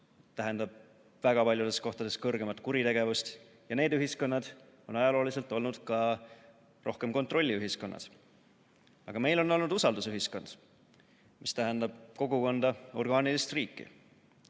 tähendab väga paljudes kohtades rohkem kuritegevust. Need ühiskonnad on ajalooliselt olnud ka rohkem kontrolliühiskonnad. Aga meil on olnud usaldusühiskond, mis tähendab kogukonda ja orgaanilist riiki.